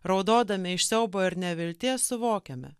raudodami iš siaubo ir nevilties suvokiame